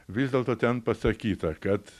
vis dėlto ten pasakyta kad